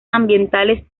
ambientales